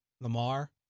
Lamar